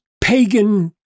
pagan